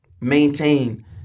maintain